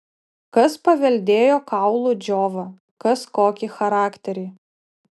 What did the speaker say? kas paveldėjo kaulų džiovą kas kokį charakterį